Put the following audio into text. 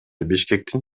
бишкектин